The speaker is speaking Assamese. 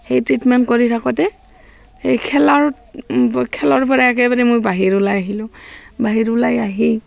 সেই ট্ৰিটমেণ্ট কৰি থাকোঁতে সেই খেলাৰ খেলৰ পৰা একেবাৰে মই বাহিৰ ওলাই আহিলোঁ বাহিৰ ওলাই আহি